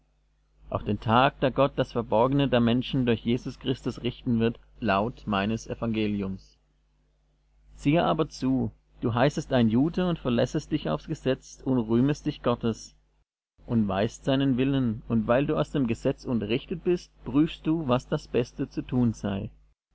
auf den tag da gott das verborgene der menschen durch jesus christus richten wird laut meines evangeliums siehe aber zu du heißest ein jude und verlässest dich aufs gesetz und rühmest dich gottes und weißt seinen willen und weil du aus dem gesetz unterrichtet bist prüfest du was das beste zu tun sei